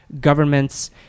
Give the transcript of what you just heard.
government's